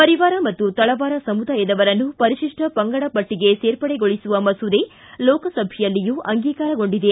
ಪರಿವಾರ ಮತ್ತು ತಳವಾರ ಸಮುದಾಯದವರನ್ನು ಪರಿಶಿಷ್ಟ ಪಂಗಡ ಪಟ್ಟಿಗೆ ಸೇರ್ಪಡೆಗೊಳಿಸುವ ಮಸೂದೆ ಲೋಕಸಭೆಯಲ್ಲಿಯೂ ಅಂಗೀಕಾರಗೊಂಡಿದೆ